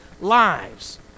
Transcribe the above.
lives